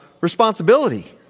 responsibility